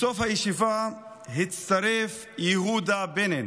בסוף הישיבה הצטרף יהודה בננו,